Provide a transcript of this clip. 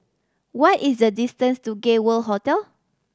what is the distance to Gay World Hotel